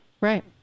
Right